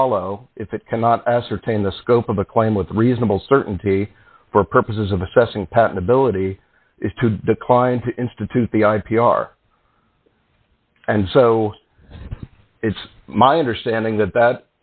follow if it cannot ascertain the scope of the claim with reasonable certainty for purposes of assessing patentability is to decline to institute the i p r and so it's my understanding that that